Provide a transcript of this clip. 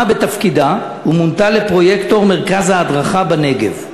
בתפקידה ומונתה לפרויקטור מרכז ההדרכה בנגב.